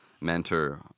mentor